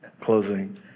closing